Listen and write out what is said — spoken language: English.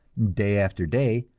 day after day,